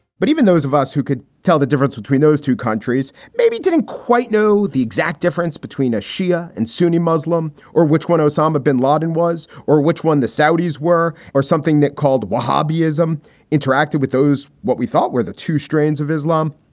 but even those of us who could tell the difference between those two countries maybe didn't quite know the exact difference between a shia and sunni muslim or which one osama bin laden was or which one the saudis were or something that called wahhabism interacted with those what we thought were the two strains of islam.